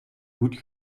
goed